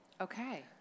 Okay